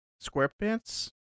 Squarepants